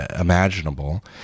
imaginable